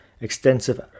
extensive